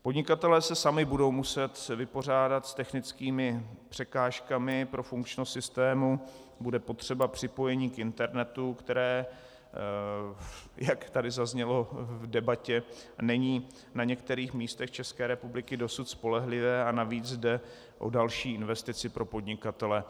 Podnikatelé se sami budou muset vypořádat s technickými překážkami pro funkčnost systému, bude potřeba připojení k internetu, které, jak tady zaznělo v debatě, není na některých místech České republiky dosud spolehlivé a navíc jde o další investici pro podnikatele.